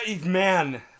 Man